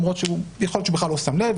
למרות שיכול להיות שהוא בכלל לא שם לב,